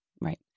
Right